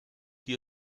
die